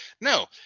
no